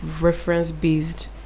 reference-based